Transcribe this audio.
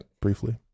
briefly